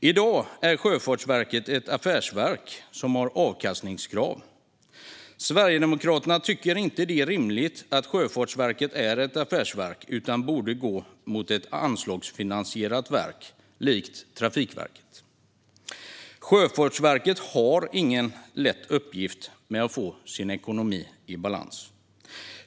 I dag är Sjöfartsverket ett affärsverk som har avkastningskrav. Sverigedemokraterna tycker inte att det är rimligt att Sjöfartsverket är ett affärsverk. Det borde i stället gå mot ett anslagsfinansierat verk, likt Trafikverket. Sjöfartsverket har ingen lätt uppgift när det gäller att få ekonomin i balans.